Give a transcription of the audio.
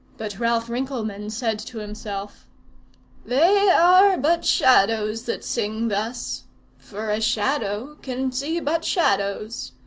but ralph rinkelmann said to himself they are but shadows that sing thus for a shadow can see but shadows.